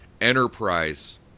enterprise